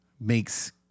makes